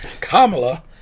Kamala